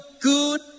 good